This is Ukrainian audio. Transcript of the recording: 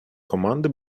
команди